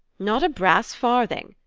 not a brass farthing.